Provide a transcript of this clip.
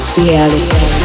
reality